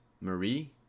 Marie